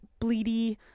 bleedy